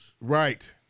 right